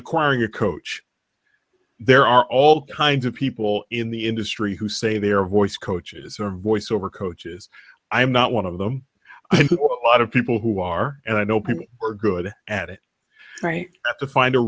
acquiring a coach there are all kinds of people in the industry who say their voice coaches are voice over coaches i'm not one of them out of people who are and i know people are good at it right to find a